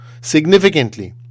significantly